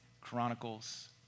Chronicles